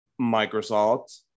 Microsoft